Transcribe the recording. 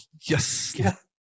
Yes